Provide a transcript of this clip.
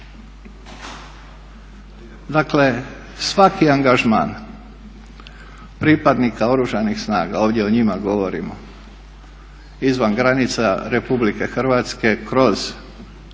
Dakle svaki angažman pripadnika Oružanih snaga ovdje o njima govorimo izvan granica RH kroz